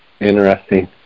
Interesting